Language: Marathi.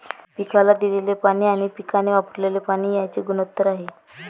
पिकाला दिलेले पाणी आणि पिकाने वापरलेले पाणी यांचे गुणोत्तर आहे